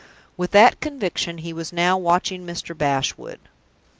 with that conviction he was now watching mr. bashwood,